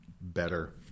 better